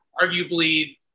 arguably